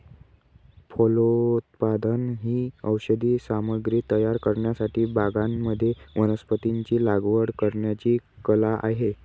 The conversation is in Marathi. फलोत्पादन ही औषधी सामग्री तयार करण्यासाठी बागांमध्ये वनस्पतींची लागवड करण्याची कला आहे